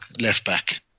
left-back